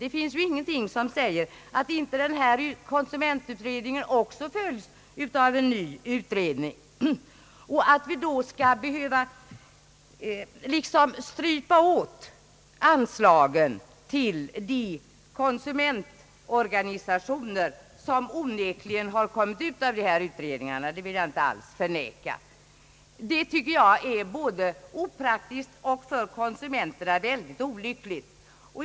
Det finns ingenting som säger att inte också denna konsumentutredning följs av en ny utredning. Att man då skall behöva strypa åt anslagen till de konsumentorganisationer som onekligen tillkommit som följd av dessa utredningar — det vill jag inte alls förneka — tycker jag är både opraktiskt och mycket olyckligt för konsumenterna.